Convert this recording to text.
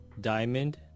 Diamond